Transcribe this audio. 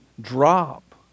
drop